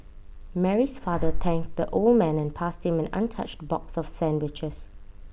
Mary's father thanked the old man and passed him an untouched box of sandwiches